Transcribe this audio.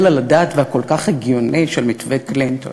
על הדעת והכל-כך הגיוני של מתווה קלינטון.